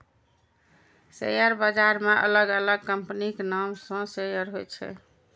share बाजार मे अलग अलग कंपनीक नाम सं शेयर होइ छै